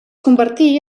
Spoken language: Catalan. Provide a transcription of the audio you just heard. convertí